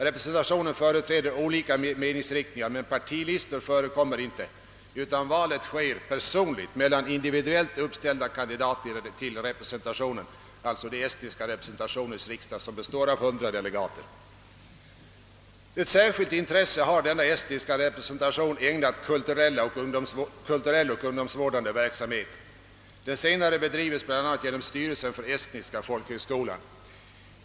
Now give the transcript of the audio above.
Representationen företräder olika meningsriktningar men partilistor förekommer inte utan valen sker mellan individuellt uppställda kandidater till Esternas representation, som består av 100 delegater. Ett särskilt intresse har denna estniska representation ägnat kulturell och ungdomsvårdande verksamhet. Den se nare bedrivs bl.a. genom styrelsen för Estniska folkhögskolan.